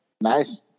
Nice